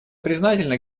признательна